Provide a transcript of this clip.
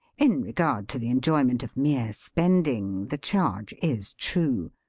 in regard to the enjoyment of mere spend ing, the charge is true.